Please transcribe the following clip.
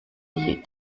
die